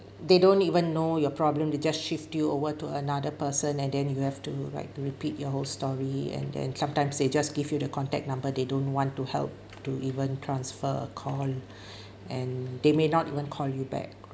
they don't even know your problem they just shift you over to another person and then you have to right to repeat your whole story and then sometimes they just give you the contact number they don't want to help to even transfer a call and they may not even call you back